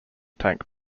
tank